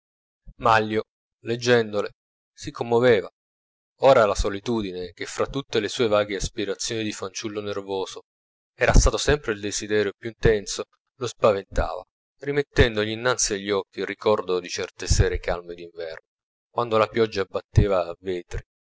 manlio leggendole si commoveva ora la solitudine che fra tutte le sue vaghe aspirazioni di fanciullo nervoso era stato sempre il desiderio più intenso lo spaventava rimettendogli innanzi agli occhi il ricordo di certe sere calme d'inverno quando la pioggia batteva